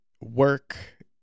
work